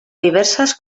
diversas